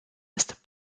ist